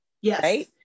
yes